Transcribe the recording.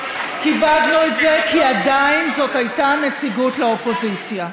כיבדנו את זה כי עדיין זאת הייתה נציגות לאופוזיציה.